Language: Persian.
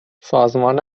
سازمان